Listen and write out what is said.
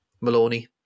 Maloney